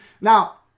Now